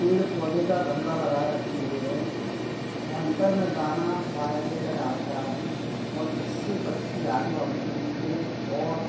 पेड़ पौधे का गमला लगाए रखे हुए हैं वहीं पर में दाना बाय लेकर डालता हूँ और जिससे पक्षी आगे वहाँ पे चुगती है